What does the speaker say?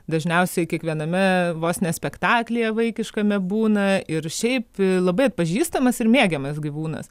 dažniausiai kiekviename vos ne spektaklyje vaikiškame būna ir šiaip labai atpažįstamas ir mėgiamas gyvūnas